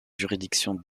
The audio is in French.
juridiction